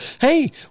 Hey